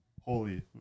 holy